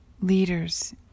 Leaders